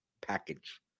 package